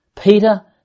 Peter